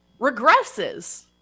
regresses